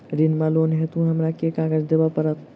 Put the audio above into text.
ऋण वा लोन हेतु हमरा केँ कागज देबै पड़त?